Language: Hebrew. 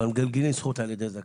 מגלגלין זכות על ידי זכאי.